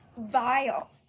vile